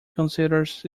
considers